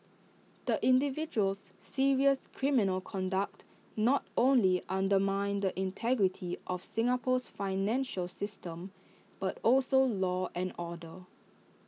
the individual's serious criminal conduct not only undermined the integrity of Singapore's financial system but also law and order